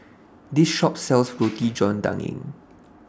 This Shop sells Roti John Daging